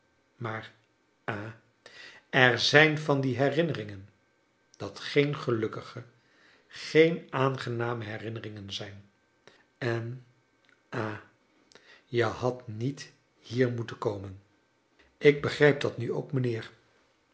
maar ha er zijn van die herinneringen dat geen gelukkige geen aangename herinneringen zijn en ha je hadt niet hier moeten komen ik begrijp dat nu ook mijnheer